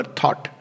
thought